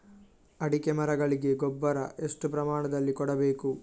ಅಡಿಕೆ ಮರಗಳಿಗೆ ಗೊಬ್ಬರ ಎಷ್ಟು ಪ್ರಮಾಣದಲ್ಲಿ ಕೊಡಬೇಕು?